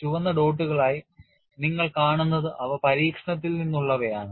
ചുവന്ന ഡോട്ടുകളായി നിങ്ങൾ കാണുന്നത് അവ പരീക്ഷണത്തിൽ നിന്നുള്ളതാണ്